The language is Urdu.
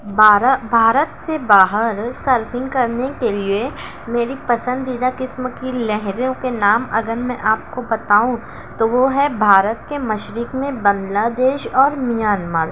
بارہ بھارت سے باہر سرفنگ کرنے کے لیے میری پسندیدہ قسم کی لہروں کے نام اگر میں آپ کو بتاؤں تو وہ ہے بھارت کے مشرق میں بنگلہ دیش اور میانمار